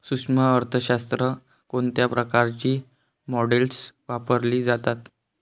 सूक्ष्म अर्थशास्त्रात कोणत्या प्रकारची मॉडेल्स वापरली जातात?